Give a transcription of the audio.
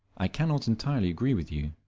i cannot entirely agree with you.